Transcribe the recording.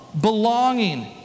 belonging